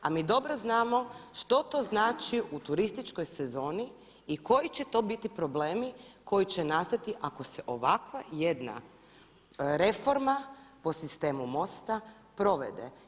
A mi dobro znamo što to znači u turističkoj sezoni i koji će to biti problemi koji će nastati ako se ovakva jedna reforma po sistemu MOST-a provede.